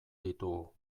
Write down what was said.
ditugu